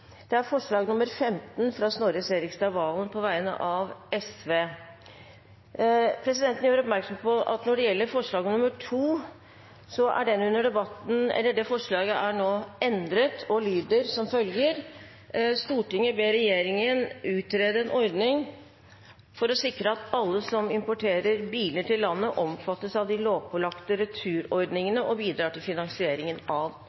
forslag nr. 15, fra Snorre Serigstad Valen på vegne av Sosialistisk Venstreparti Presidenten gjør oppmerksom på at forslag nr. 2 er under debatten endret og lyder nå: «Stortinget ber regjeringen utrede en ordning for å sikre at alle som importerer biler til landet, omfattes av de lovpålagte returordningene og bidrar til finansieringen av